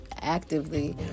actively